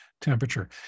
temperature